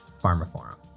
PharmaForum